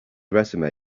resume